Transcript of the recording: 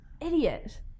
idiot